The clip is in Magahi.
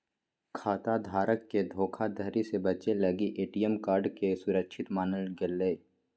खाता धारक के धोखाधड़ी से बचे लगी ए.टी.एम कार्ड के सुरक्षित मानल गेलय